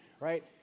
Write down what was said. right